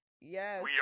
yes